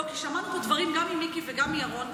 לא, כי שמענו פה דברים, גם ממיקי וגם מירון.